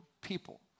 people